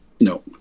no